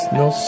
no